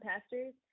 pastors